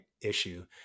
issue